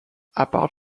apart